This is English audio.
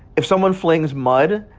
if someone flings mud,